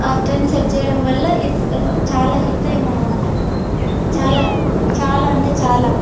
ఆ trend set చేయడం వల్ల ఇది చాలా హిట్ అయ్యింది అన్నమాట చాలా చాలా అంటే చాలా